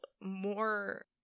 more